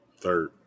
third